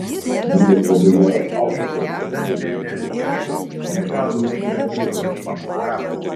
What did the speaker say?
ingridos labai geras autfitas fotosesijoj buvo bet simona tai galėjo ir labiau pasistengt